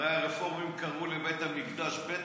הרי הרפורמיים קראו לבית המקדש בית